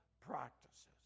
practices